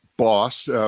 Boss